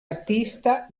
artista